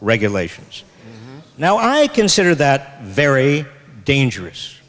regulations now i consider that very dangerous